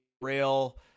rail